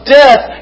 death